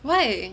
why